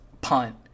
punt